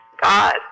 God